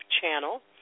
channel